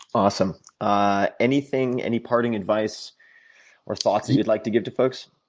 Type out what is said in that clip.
awesome ah anything, any parting advice or thoughts that you'd like to give to folks?